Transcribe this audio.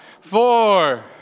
four